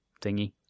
thingy